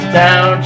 down